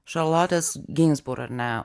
šarlotės ginsburg ar ne